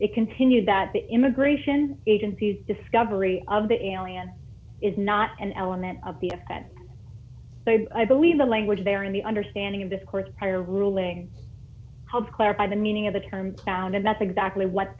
it continues that the immigration agencies discovery of the alien is not an element of the but i believe the language there in the understanding of discourse prior ruling helps clarify the meaning of the term plan around and that's exactly what